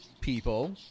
people